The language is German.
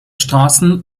straßen